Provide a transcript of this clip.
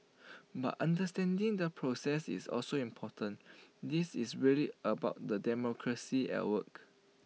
but understanding the process is also important this is really about the democracy at work